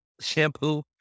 shampoo